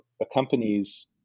accompanies